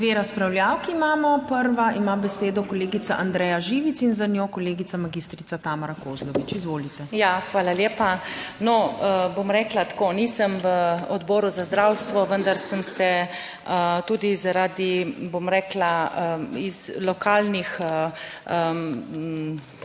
Dve razpravljavki imamo. Prva ima besedo kolegica Andreja Živic in za njo kolegica magistrica Tamara Kozlovič. Izvolite. ANDREJA ŽIVIC (PS Svoboda): Hvala lepa. No, bom rekla tako, nisem v Odboru za zdravstvo vendar sem se tudi zaradi bom rekla iz lokalnih vzvodov pač